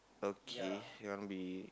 okay you want be